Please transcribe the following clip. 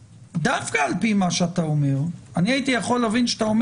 דווקא על-פי מה שאתה אומר אני הייתי יכול להבין שהיית